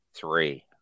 three